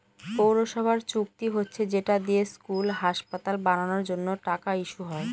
পৌরসভার চুক্তি হচ্ছে যেটা দিয়ে স্কুল, হাসপাতাল বানানোর জন্য টাকা ইস্যু হয়